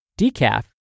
Decaf